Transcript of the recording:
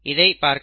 இதை பார்க்கவும்